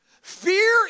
Fear